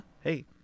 Hey